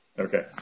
Okay